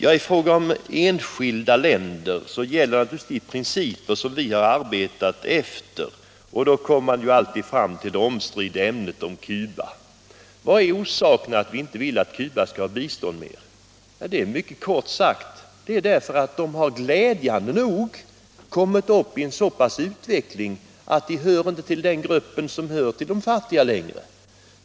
I fråga om enskilda länder gäller naturligtvis de principer som vi har arbetat efter. Då kommer man ju alltid fram till det omstridda ämnet Cuba. Vad är orsaken till att vi inte vill att Cuba skall ha bistånd mer? Ja, det kan sägas mycket kort: Orsaken är att Cuba glädjande nog utvecklats så pass att landet inte längre hör till den fattiga gruppen.